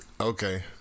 okay